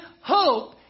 hope